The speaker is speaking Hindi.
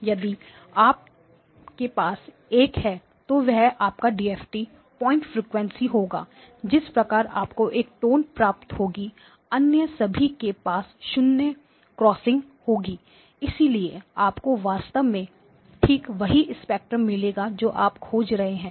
यदि आप के पास एक है तो वह आपका डीएफटी पॉइंट फ्रीक्वेंसी होगा जिस पर आपको एक टोन प्राप्त होगी अन्य सभी के पास शून्य क्रॉसिंग होंगे इसलिए आपको वास्तव में ठीक वही स्पेक्ट्रम मिलेगा जो आप खोज रहे हैं